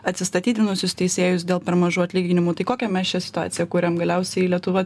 atsistatydinusius teisėjus dėl per mažų atlyginimų tai kokią mes šią situaciją kuriam galiausiai lietuva